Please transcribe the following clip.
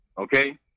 Okay